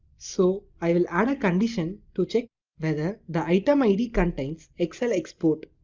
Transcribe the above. so i will add a condition to check whether the item id contains excel export.